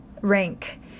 rank